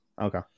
Okay